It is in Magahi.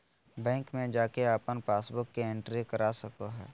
बैंक में जाके अपन पासबुक के एंट्री करा सको हइ